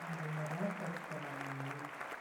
Mandre marary va ty zava-maniry?